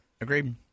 Agreed